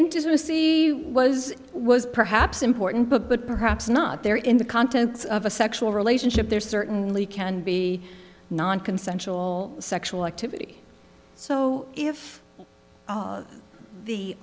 intimacy was was perhaps important book but perhaps not there in the contents of a sexual relationship there certainly can be non consensual sexual activity so if